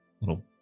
little